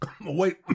wait